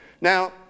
Now